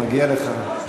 מגיע לך.